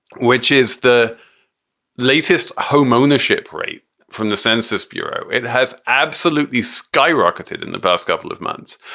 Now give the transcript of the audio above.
which is the latest homeownership rate from the census bureau. it has absolutely skyrocketed in the past couple of months.